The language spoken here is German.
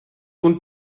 und